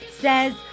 says